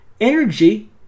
Energy